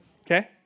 Okay